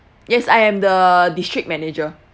yes I am the district manager